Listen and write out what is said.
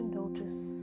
notice